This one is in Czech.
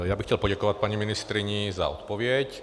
Já bych chtěl poděkovat paní ministryni za odpověď.